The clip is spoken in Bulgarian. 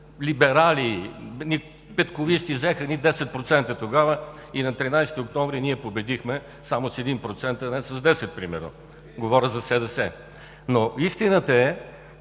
либерали, петковисти. Взеха тогава 10% и на 13 октомври ние победихме само с 1%, а не с 10, примерно. Говоря за СДС. Истината е,